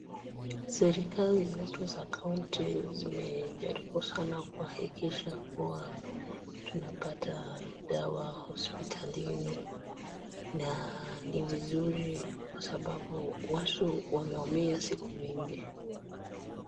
Serikali zetu za kaunti zimejaribu sana kuhakikisha kuwa tunapata dawa hospitalini na ni vizuri kwa sababu watu wameumia siku mingi.